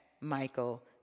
Michael